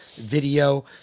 video